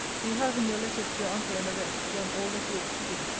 you have, in your letters to your uncle and the rest, done all that you ought to do.